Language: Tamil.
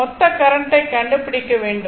மொத்த கரண்ட்டை கண்டுபிடிக்க வேண்டும்